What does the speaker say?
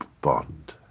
Bond